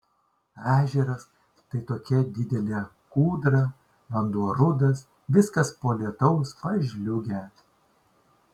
ežeras tai tokia didelė kūdra vanduo rudas viskas po lietaus pažliugę